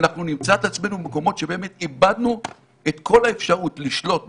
נמצא את עצמנו במקומות שבאמת איבדנו את כל האפשרות לשלוט בשטח,